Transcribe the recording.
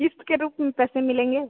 किस्त के रूप में पैसे मिलेंगे